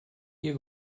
ihr